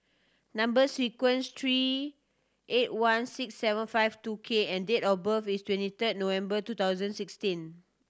number sequence three eight one six seven five two K and date of birth is twenty third November two thousand sixteen